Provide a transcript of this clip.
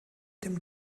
dem